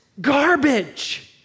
garbage